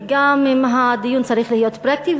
וגם אם הדיון צריך להיות פרקטי,